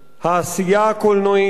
העשייה הקולנועית.